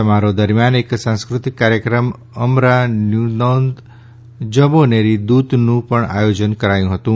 સમારોહ દરમિયાન એક સાંસ્કૃતિક કાર્યક્રમ અમરા નૂતૌન જૌબોનેરી દ્રતનું પણ આયોજન કરાયું હતું